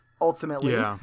ultimately